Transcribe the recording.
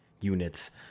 units